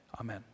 Amen